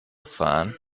fahren